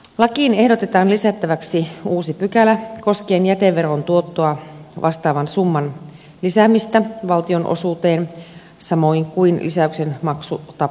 lakiin ehdotetaan lisättäväksi uusi pykälä koskien jäteveron tuottoa vastaavan summan lisäämistä valtionosuuteen samoin kuin lisäyksen maksutapa